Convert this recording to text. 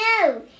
No